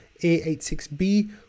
a86b